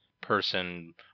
person